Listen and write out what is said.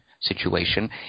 situation